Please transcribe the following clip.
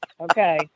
Okay